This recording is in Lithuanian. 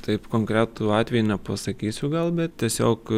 taip konkretų atvejį nepasakysiu gal bet tiesiog